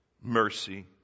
mercy